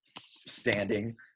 standing